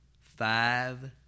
five